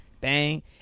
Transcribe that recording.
bang